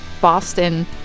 Boston